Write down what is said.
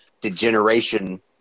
degeneration